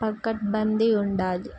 పక్కట్బంది ఉండాలి